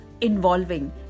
involving